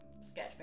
sketch